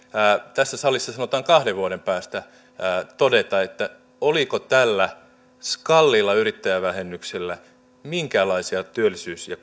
tässä salissa sanotaan kahden vuoden päästä todeta oliko tällä kalliilla yrittäjävähennyksellä minkäänlaisia työllisyys ja